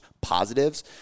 positives